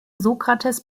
sokrates